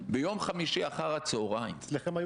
חבר הכנסת מיקי לוי, תן לו